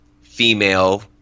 female